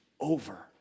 over